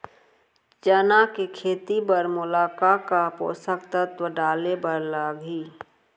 चना के खेती बर मोला का का पोसक तत्व डाले बर लागही?